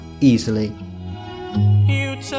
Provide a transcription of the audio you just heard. Easily